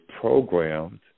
programmed